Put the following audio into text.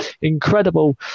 incredible